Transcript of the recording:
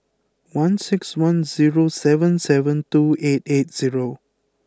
one six one zero seven seven two eight eight zero